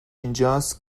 اینجاست